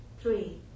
Three